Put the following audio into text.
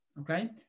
Okay